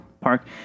park